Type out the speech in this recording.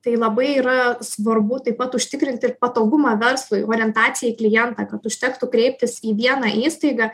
tai labai yra svarbu taip pat užtikrint ir patogumą verslui orientaciją į klientą kad užtektų kreiptis į vieną įstaigą